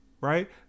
right